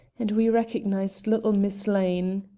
and we recognized little miss lane.